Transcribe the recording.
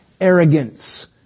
arrogance